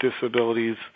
disabilities